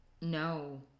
No